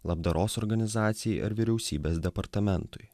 labdaros organizacijai ar vyriausybės departamentui